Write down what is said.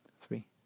three